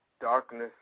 Darkness